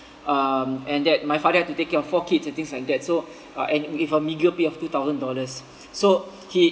um and that my father have to take care of four kids and things like that so uh and with a meager pay of two thousand dollars so he